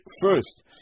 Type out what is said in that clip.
first